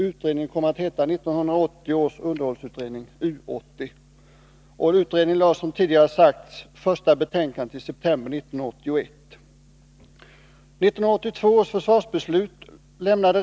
Utredningen kom att heta 1980 års underhållsutredning . Utredningen lade, som tidigare sagts, fram första betänkandet i september 1981.